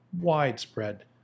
widespread